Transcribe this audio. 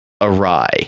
awry